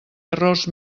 errors